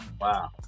Wow